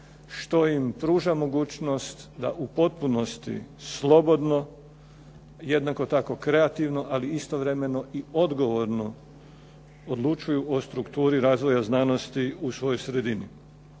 što im pruža mogućnost da u potpunosti slobodno, jednako tako kreativno, ali istovremeno i odgovorno odlučuju o strukturi razvoja znanosti u svojoj sredini.